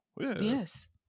Yes